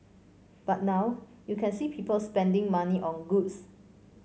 but now you can see people spending money on goods